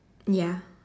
ya